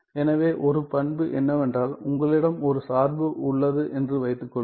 எனவே ஒரு பண்பு என்னவென்றால் உங்களிடம் ஒரு சார்பு உள்ளது என்று வைத்துக் கொள்வோம்